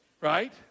right